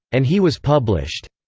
and he was published.